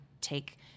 take